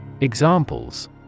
Examples